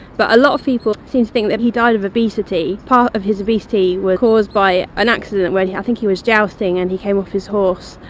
but a lot of people seem to think that he died of obesity. part of his obesity was caused by an accident, i yeah think he was jousting and he came off his horse.